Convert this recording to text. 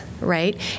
right